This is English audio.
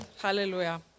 Hallelujah